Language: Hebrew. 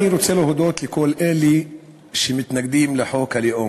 אני רוצה להודות לכל אלה שמתנגדים לחוק הלאום,